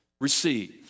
Receive